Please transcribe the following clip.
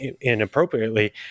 inappropriately